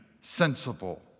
sensible